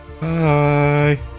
Bye